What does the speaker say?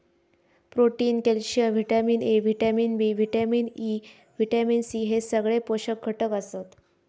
protein, calcium, vitamin A, vitamin B, vitamin E, vitamin C हे सगळे पोषक घटक आसत